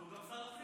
הוא לא שר הפנים?